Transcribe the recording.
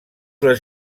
les